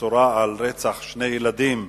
הבשורה על רצח שני ילדים,